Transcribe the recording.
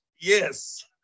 Yes